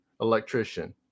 electrician